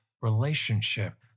relationship